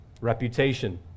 reputation